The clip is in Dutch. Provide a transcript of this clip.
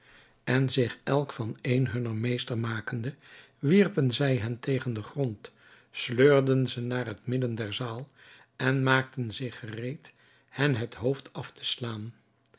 en zich elk van een hunner meester makende wierpen zij hen tegen den grond sleurden ze naar het midden der zaal en maakten zich gereed hen het hoofd af te slaan